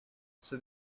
said